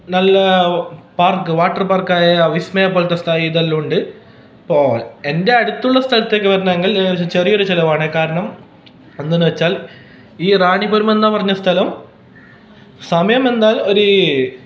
നല്ല park water പാർക്കായ വിസ്മയ പോലത്തെ സ്ഥലം ഇതെല്ലാം ഉണ്ട് അപ്പോൾ എൻ്റെ അടുത്തുള്ള സ്ഥലത്തക്കെ വരുന്നെങ്കിൽ ചെറിയൊരു ചിലവാണ് വരുന്നത് കാരണം എന്താണെന്ന് വെച്ചാൽ ഈ റാണി പുരമെന്ന പറഞ്ഞ സ്ഥലം സമയം എന്നാൽ ഒരു